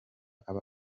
aba